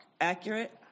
Accurate